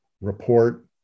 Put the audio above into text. report